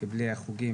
כי בלי החוגים,